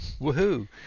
Woohoo